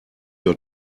your